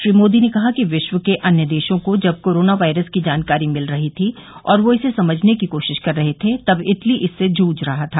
श्री मोदी ने कहा कि विश्व के अन्य देशों को जब कोरोना वायरस की जानकारी मिल रही थी और वे इसे समझने की कोशिश कर रहे थे तब इटली इससे जूझ रहा था